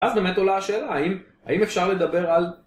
אז באמת עולה השאלה, האם אפשר לדבר על...